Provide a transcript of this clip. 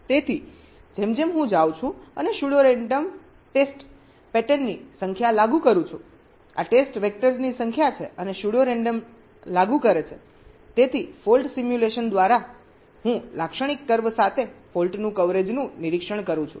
તેથી જેમ જેમ હું જાઉં છું અને સ્યુડો રેન્ડમ ટેસ્ટ પેટર્નની સંખ્યા લાગુ કરું છું આ ટેસ્ટ વેક્ટર્સની સંખ્યા છે અને સ્યુડો રેન્ડમ લાગુ કરે છે તેથી ફોલ્ટ સિમ્યુલેશન દ્વારા હું લાક્ષણિક કર્વ સાથે ફોલ્ટ કવરેજનું નિરીક્ષણ કરું છું